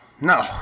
No